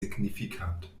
signifikant